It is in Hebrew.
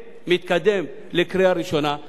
גברתי, אני חייב לומר את זה גם לחברי הכנסת.